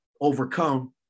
overcome